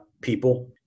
people